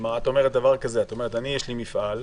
את אומרת דבר כזה: יש לי מפעל,